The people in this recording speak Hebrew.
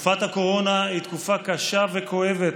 תקופת הקורונה היא תקופה קשה וכואבת,